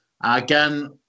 again